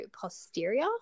posterior